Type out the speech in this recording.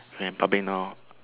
we're in public now